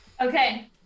Okay